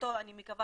או-טו-טו אני מקווה